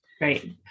Right